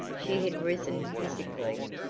she had risen physically,